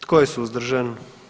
Tko je suzdržan?